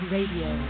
Radio